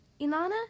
Ilana